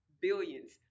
billions